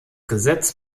gesetz